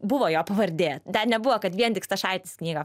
buvo jo pavardė ten nebuvo kad vien tik stašaitis knygą